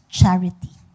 charity